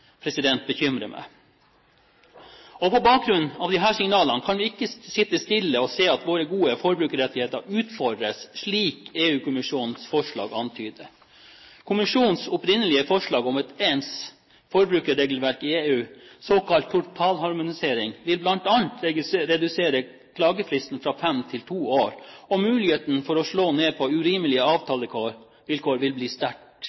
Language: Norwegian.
bekymrer meg. På bakgrunn av disse signalene kan vi ikke sitte stille og se på at våre gode forbrukerrettigheter utfordres, slik EU-kommisjonens forslag antyder. Kommisjonens opprinnelige forslag om et ens forbrukerregelverk i EU, såkalt totalharmonisering, vil bl.a. redusere klagefristen fra fem til to år, og muligheten til å slå ned på urimelige avtalevilkår vil bli sterkt